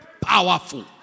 Powerful